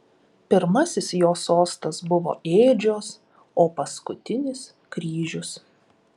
pirmasis jo sostas buvo ėdžios o paskutinis kryžius